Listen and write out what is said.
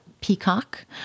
peacock